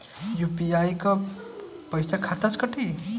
UPI क पैसा खाता से कटी?